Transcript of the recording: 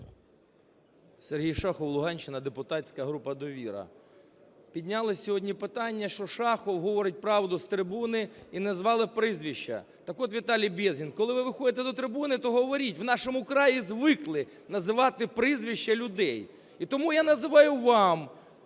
Сергій Шахов, Луганщина, депутатська група "Довіра". Піднялося сьогодні питання, що Шахов говорить правду з трибуни, і назвали прізвище. Так от, Віталій Безгін, коли ви виходите до трибуни, то говоріть, в "Нашому краї" звикли називати прізвища людей. І тому я називаю вам,